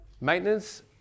Maintenance